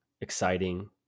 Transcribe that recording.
exciting